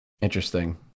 Interesting